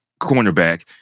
cornerback